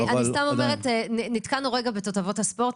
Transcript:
אני סתם אומרת: נתקענו רגע בתותבות הספורט,